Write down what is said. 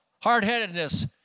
hard-headedness